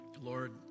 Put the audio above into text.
Lord